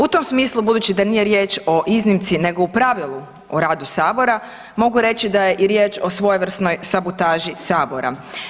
U tom smislu budući da nije riječ o iznimci nego o pravilu o radu sabora mogu reći da je i riječ o svojevrsnoj sabotaži sabora.